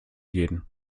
gehen